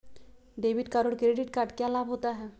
Debit card और credit card क्या लाभ होता है?